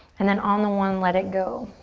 and then on the one, let it go.